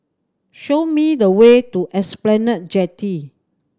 show me the way to Esplanade Jetty